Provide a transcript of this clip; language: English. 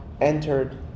entered